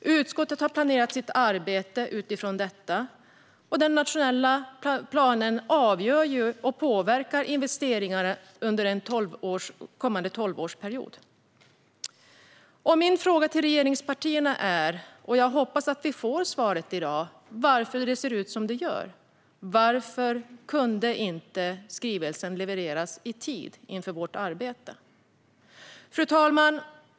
Utskottet har planerat sitt arbete utifrån detta, och den nationella planen avgör och påverkar ju investeringar under den kommande tolvårsperioden. Min fråga till regeringspartierna, som jag hoppas att vi får svar på i dag, är varför det ser ut som det gör. Varför kunde inte skrivelsen levereras i tid inför vårt arbete? Fru talman!